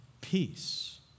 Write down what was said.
peace